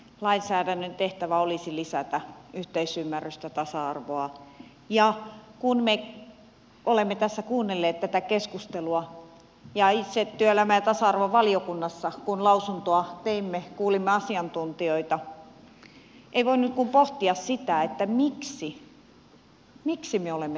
lainsäädännön tehtävä olisi lisätä yhteisymmärrystä tasa arvoa ja kun me olemme tässä kuunnelleet tätä keskustelua ja itse työelämä ja tasa arvovaliokunnassa kun lausuntoa teimme ja kuulimme asiantuntijoita ei ole voinut kuin pohtia sitä miksi me olemme tässä pisteessä